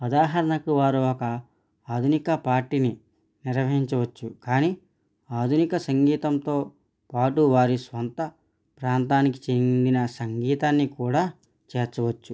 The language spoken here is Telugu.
ఉదాహరణకు వారు ఒక ఆధునిక పార్టీని నిర్వహించవచ్చు కానీ ఆధునిక సంగీతంతో పాటు వారి స్వంత ప్రాంతానికి చెందిన సంగీతాన్ని కూడా చేర్చవచ్చు